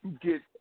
get